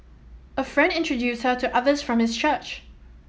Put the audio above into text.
a friend introduced her to others from his church